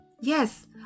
Yes